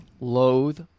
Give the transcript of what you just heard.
loathe